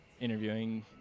interviewing